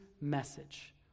message